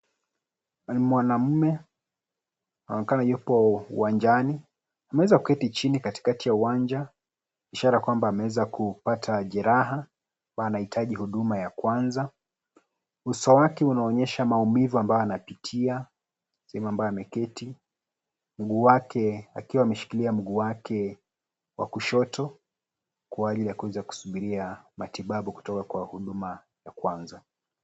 Ni mwanamume anaonekana yupo uwanjani, ameweza kuketi chini katika uwanja, ishara kwamba ameweza kupata jeraha ambayo anahitaji huduma ya kwanza. Uso wake unaonyesha maumivu ambayo anapitia, hivyo ambavyo ameketi. Mguu wake, akiwa ameshikilia mguu wake wa kushoto kwa ajili ya kuweza kusubiria matibabu kutoka kwa huduma ya kwanza.